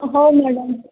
ହଉ ମ୍ୟାଡ଼ାମ୍